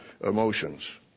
emotions